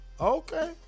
Okay